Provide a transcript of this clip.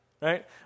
right